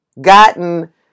gotten